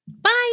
Bye